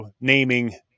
naming